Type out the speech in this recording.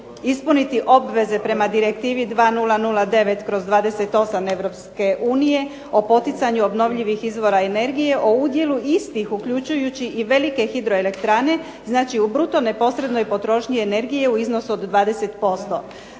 ispuniti obveze prema Direktivi 2009/28. EU o poticanju obnovljivih izvora energije, o udjelu istih uključujući i velike hidroelektrane, znači u bruto neposrednoj potrošnji energije u iznosu od 20%.